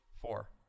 Four